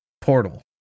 portal